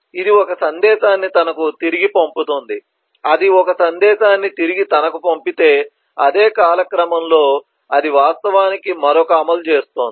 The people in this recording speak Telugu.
ఇది ఒక సందేశాన్ని తనకు తిరిగి పంపుతుంది అది ఒక సందేశాన్ని తిరిగి తనకు పంపితే అదే కాలక్రమంలో అది వాస్తవానికి మరొక అమలు చేస్తోంది